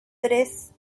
tres